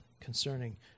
concerning